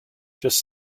just